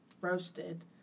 roasted